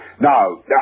Now